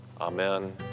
amen